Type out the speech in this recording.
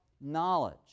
knowledge